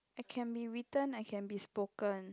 I can be written I can be spoken